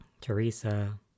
Teresa